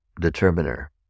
determiner